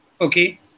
Okay